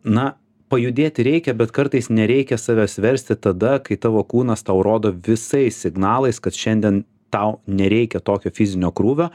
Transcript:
na pajudėti reikia bet kartais nereikia savęs versti tada kai tavo kūnas tau rodo visais signalais kad šiandien tau nereikia tokio fizinio krūvio